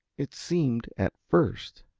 it seemed, at first,